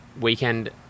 weekend